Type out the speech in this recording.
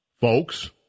Folks